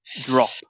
drop